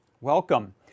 Welcome